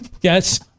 Yes